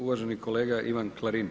Uvaženi kolega Ivan Klarin.